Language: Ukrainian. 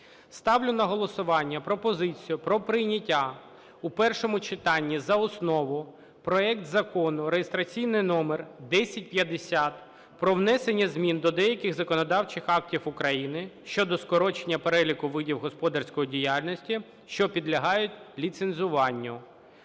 Ставлю на голосування пропозицію про прийняття у першому читанні за основу проект Закону (реєстраційний номер 1050) про внесення змін до деяких законодавчих актів України щодо скорочення переліку видів господарської діяльності, що підлягають ліцензуванню.